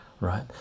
Right